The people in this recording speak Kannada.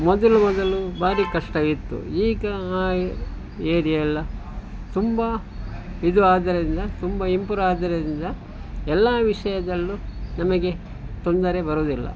ಮೊದಲು ಮೊದಲು ಭಾರಿ ಕಷ್ಟ ಇತ್ತು ಈಗ ಆ ಏರಿಯಾ ಎಲ್ಲ ತುಂಬ ಇದು ಆದ್ದರಿಂದ ತುಂಬ ಇಂಪ್ರೂವ್ ಆದ್ದರಿಂದ ಎಲ್ಲ ವಿಷಯದಲ್ಲು ನಮಗೆ ತೊಂದರೆ ಬರುವುದಿಲ್ಲ